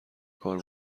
کار